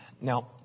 Now